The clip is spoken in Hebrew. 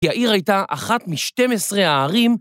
כי העיר הייתה אחת מ12 הערים.